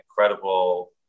Incredible